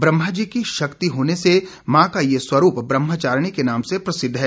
ब्रह्मा जी की शक्ति होने से मां का ये स्वरूप ब्रहमचारिणी के नाम से प्रसिद्व है